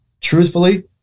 truthfully